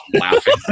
laughing